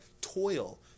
toil